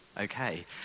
okay